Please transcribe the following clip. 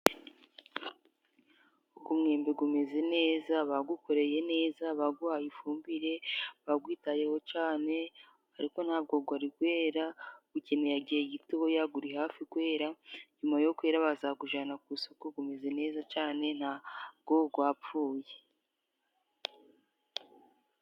Umwembe gumeze neza bagukoreye neza, baguhaye ifumbire, bagwitayeho cane, ariko ntabwo gwari gwera, gukeneye igihe gitoya, guri hafi kwera. Nyuma yo kwera bazagujana ku isoko gumeze neza cane ntago gwapfuye.